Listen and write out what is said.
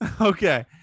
Okay